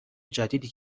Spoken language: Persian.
جدیدی